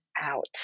out